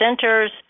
centers